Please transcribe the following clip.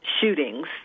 shootings